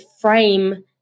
frame